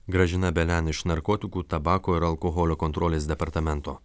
gražina belian iš narkotikų tabako ir alkoholio kontrolės departamento